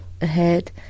ahead